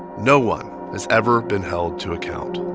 no one has ever been held to account